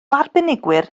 arbenigwyr